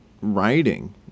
writing